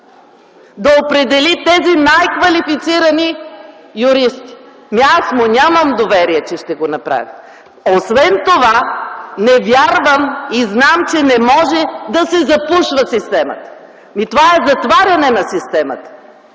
да определи тези най-квалифицирани юристи. Ами аз му нямам доверие, че ще го направи. Освен това, не вярвам и знам, че не може да се запушва системата. Това е затваряне на системата,